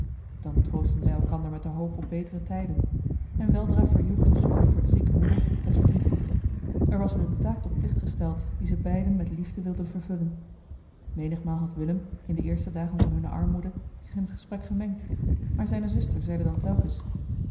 dan troostten zij elkander met de hoop op betere tijden en weldra verjoeg de zorg voor de zieke moeder het verdriet er was hun een taak tot plicht gesteld die ze beiden met liefde wilden vervullen menigmaal had willem in de eerste dagen van hunne armoede zich in het gesprek gemengd maar zijne zuster zeide dan telkens